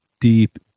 deep